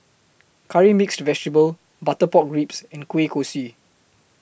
Curry Mixed Vegetable Butter Pork Ribs and Kueh Kosui